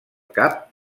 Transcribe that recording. cap